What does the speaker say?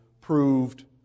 proved